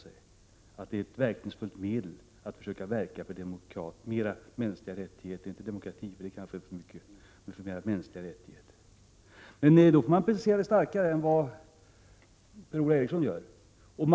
1987/88:45 tänka sig att det är ett verkningsfullt medel i arbetet för mänskliga 15 december 1987 rättigheter. Men då måste man precisera sig mer än vad Per-Ola Eriksson = Ju Gogo gör.